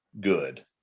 good